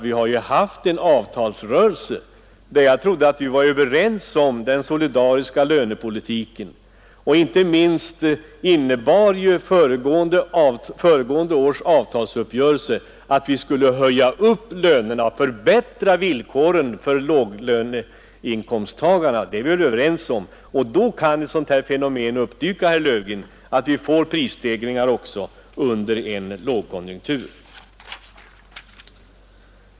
Vi har ju haft en avtalsrörelse där vi — trodde jag — var överens om den solidariska lönepolitiken. Inte minst innebär föregående års avtalsuppgörelse att vi höjt lönerna och förbättrat villkoren för låginkomsttagarna — det är vi överens om. Då kan ett sådant ”fenomen” uppdyka, herr Löfgren, att vi får prisstegringar också under en lågkonjunktur.